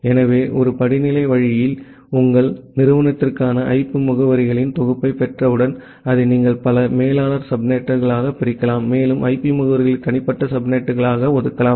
எனவே ஒரு படிநிலை வழியில் உங்கள் நிறுவனத்திற்கான ஐபி முகவரிகளின் தொகுப்பைப் பெற்றவுடன் அதை நீங்கள் பல மோலார் சப்நெட்களாகப் பிரிக்கலாம் மேலும் ஐபி முகவரிகளை தனிப்பட்ட சப்நெட்டுகளுக்கு ஒதுக்கலாம்